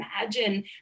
imagine